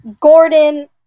Gordon